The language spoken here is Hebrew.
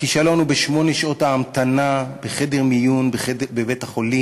הכישלון הוא בשמונה שעות ההמתנה בחדר מיון בבית-החולים,